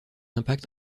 impact